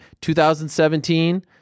2017